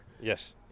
yes